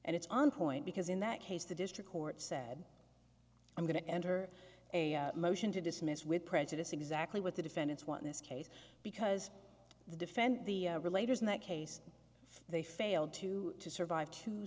and it's on point because in that case the district court said i'm going to enter a motion to dismiss with prejudice exactly what the defendants want this case because the defend the relator in that case they failed to survive t